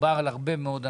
מדובר על הרבה מאוד אנשים,